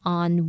on